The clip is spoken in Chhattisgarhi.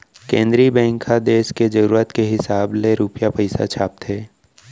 केंद्रीय बेंक ह देस के जरूरत के हिसाब ले रूपिया पइसा छापथे